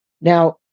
Now